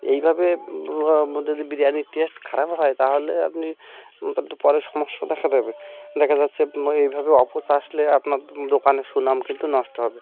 এইভাবে পুরো আপনাদের বিরিয়ানির টেস্ট খারাপ হয় তাহলে আপনি তো পরে সমস্যা দেখা দেবে দেখা যাচ্ছে ও এইভাবে অপোস আসলে আপনার দোকানের সুনাম কিন্তু নষ্ট হবে